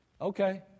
Okay